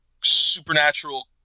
supernatural